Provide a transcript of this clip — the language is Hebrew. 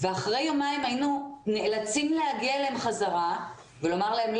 ואחרי יומיים היינו נאלצים להגיע אליהם בחזרה ולומר להם,